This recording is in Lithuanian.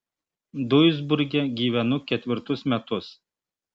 duisburge gyvenu ketvirtus metus